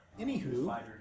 Anywho